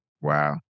Wow